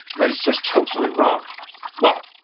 that is just totally wrong well,